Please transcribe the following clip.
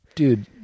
Dude